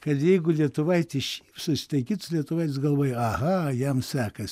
kad jeigu lietuvaitė šypsos tai kits lietuvaitis galvoja aha jam sekas